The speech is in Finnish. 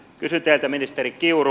kysyn teiltä ministeri kiuru